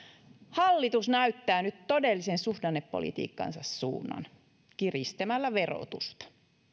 hallitus näyttää nyt todellisen suhdannepolitiikkansa suunnan kiristämällä verotusta